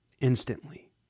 Instantly